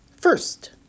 First